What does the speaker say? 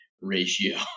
ratio